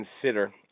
consider